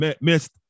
missed